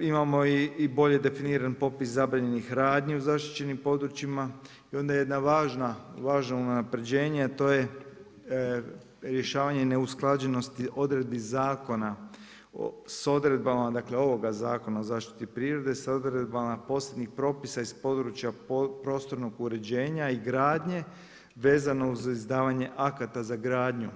Imamo i bolje definiran popis zabranjenih radnji u zaštićenim područjima i onda jedno unapređenje a to je rješavanje neusklađenosti odredbi zakona sa odredbama dakle ovoga Zakona o zaštiti prirode sa odredbama posebnim propisa iz područja prostornog uređenja i gradnje vezano uz izdavanje akata za gradnju,